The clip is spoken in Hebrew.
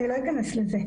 אני לא אכנס לזה.